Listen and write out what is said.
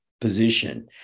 position